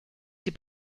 sie